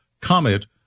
comment